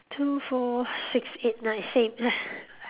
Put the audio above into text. two four six eight nine same